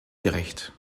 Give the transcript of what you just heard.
gerecht